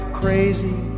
crazy